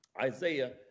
Isaiah